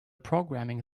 programming